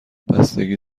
بستگی